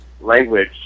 language